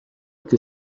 que